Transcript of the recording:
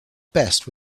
best